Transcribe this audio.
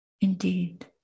Indeed